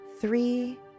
three